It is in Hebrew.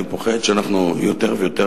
אני פוחד שאנחנו יותר ויותר,